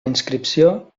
inscripció